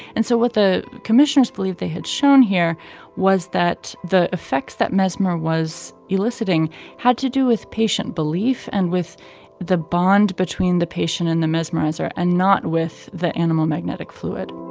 and so what the commissioners believed they had shown here was that the effects that mesmer was eliciting had to do with patient belief and with the bond between the patient and the mesmerizer and not with the animal magnetic fluid